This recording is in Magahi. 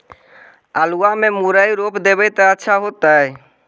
आलुआ में मुरई रोप देबई त अच्छा होतई?